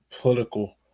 political